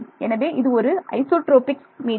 எனவே இது ஒரு ஐசோட்ரோபிக் மீடியம்